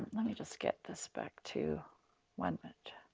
let me just get this back to one